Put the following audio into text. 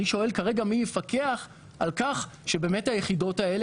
אני שואל כרגע מי יפקח על כך שבאמת היחידות האלו